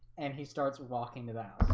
and he starts walking to the house.